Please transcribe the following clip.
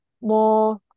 more